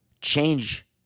change